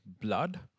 blood